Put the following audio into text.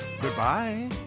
Goodbye